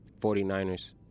49ers